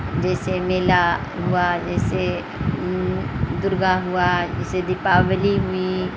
جیسے میلا ہوا جیسے درگا ہوا جیسے دیپاولی ہوئی